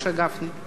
רגע,